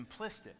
simplistic